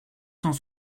cent